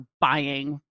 buying